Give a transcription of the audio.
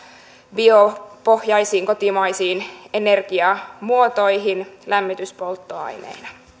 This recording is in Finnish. biopohjaisiin kotimaisiin energiamuotoihin lämmityspolttoaineina